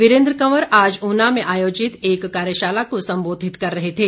वीरेन्द्र कंवर आज ऊना में आयोजित एक कार्यशाला को सम्बोधित कर रहे थे